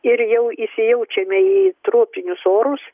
ir jau įsijaučiame į tropinius orus